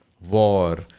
war